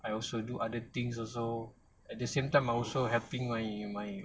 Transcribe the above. I also do other things also at the same time I also helping my my